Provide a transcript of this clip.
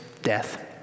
Death